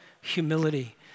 humility